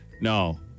No